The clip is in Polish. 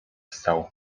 wstał